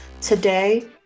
Today